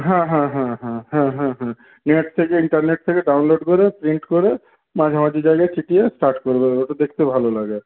হ্যাঁ হ্যাঁ হ্যাঁ হ্যাঁ হ্যাঁ হ্যাঁ হ্যাঁ নেট থেকে ইন্টারনেট থেকে ডাউনলোড করে প্রিন্ট করে মাঝামাঝি জায়গায় চিটিয়ে স্টার্ট করবে ওটা দেখতে ভালো লাগে